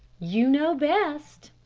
you know best,